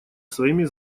своими